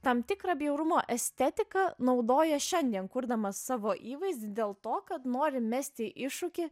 tam tikrą bjaurumo estetiką naudoja šiandien kurdama savo įvaizdį dėl to kad nori mesti iššūkį